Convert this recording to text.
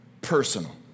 personal